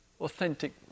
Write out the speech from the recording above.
authentic